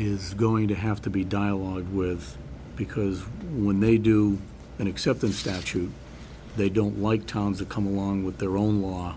is going to have to be dialogue with because when they do except in statute they don't like towns that come along with their own laws